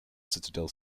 citadel